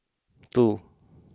two